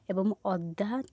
ଏବଂ ଅଦା